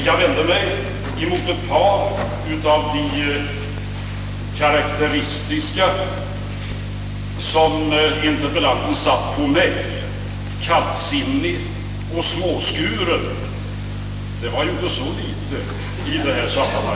Jag vänder mig mot ett par av de karakteristika som interpellanten applicerade på mig: »kallsinnig» och »småskuren». Det var ju inte så litet i detta sammanhang.